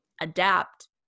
adapt